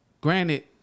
granted